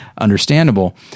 understandable